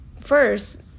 first